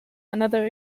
another